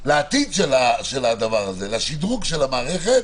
לעתיד של הדבר הזה, לשדרוג של המערכת,